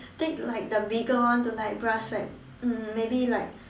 take like the bigger one to like brush like um maybe like